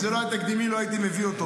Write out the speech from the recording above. אם זה לא היה תקדימי לא הייתי מביא אותו.